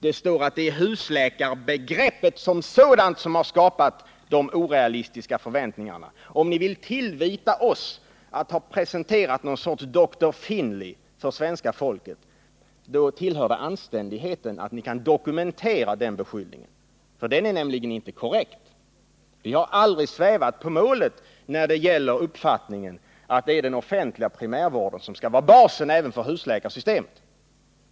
Det står att det är husläkarbegreppet som sådant som har skapat de orealistiska förväntningarna. Om ni vill tillvita oss att ha presenterat någon sorts dr Finlay för svenska folket, då tillhör det anständigheten att ni också kan dokumentera den beskyllningen. Den är nämligen inte korrekt. Vi har aldrig svävat på målet när det gäller uppfattningen att det är den offentliga primärvården som skall vara basen även för husläkarsystemet.